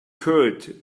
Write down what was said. curd